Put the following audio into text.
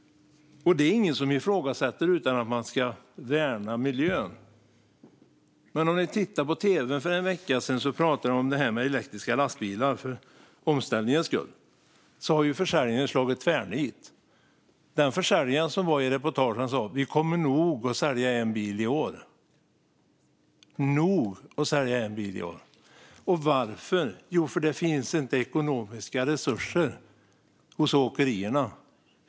Det är ingen som ifrågasätter att man ska värna miljön. Men om ni såg på tv för en vecka sedan hörde ni att man pratade om elektriska lastbilar för omställningens skull. Försäljningen har slagit tvärnit. Den försäljare som var med i reportaget sa: Vi kommer nog att sälja en bil i år. De kommer nog att sälja en bil i år! Varför? Jo, för att det inte finns ekonomiska resurser hos åkerierna.